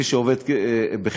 למי שעובד חינם,